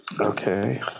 Okay